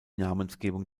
namensgebung